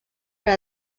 per